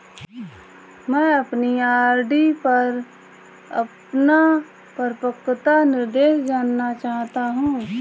मैं अपनी आर.डी पर अपना परिपक्वता निर्देश जानना चाहता हूँ